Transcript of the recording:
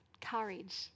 courage